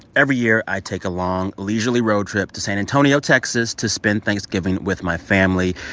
every year i take a long leisurely road trip to san antonio, texas, to spend thanksgiving with my family.